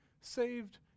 saved